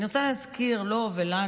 אני רוצה להזכיר לו ולנו